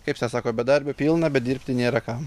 kaip čia sako bedarbių pilna bet dirbti nėra kam